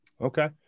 okay